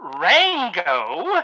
Rango